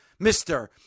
Mr